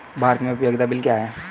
भारत में उपयोगिता बिल क्या हैं?